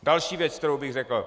Další věc, kterou bych řekl.